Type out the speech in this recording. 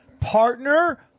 partner